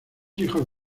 hijos